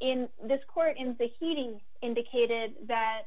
in this court in the heating indicated that